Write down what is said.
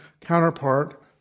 counterpart